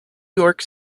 york